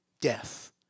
death